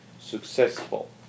successful